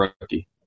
rookie